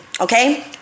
Okay